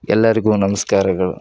ಎಲ್ಲರಿಗೂ ನಮಸ್ಕಾರಗಳು